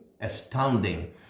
astounding